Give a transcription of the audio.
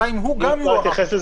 השאלה אם גם הוא יוארך.